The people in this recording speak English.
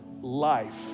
life